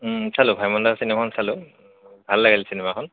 চালোঁ ভাইমন দা চিনেমাখন চালোঁ ভাল লাগিল চিনেমাখন